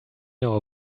know